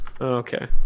Okay